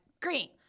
Green